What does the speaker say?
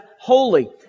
holy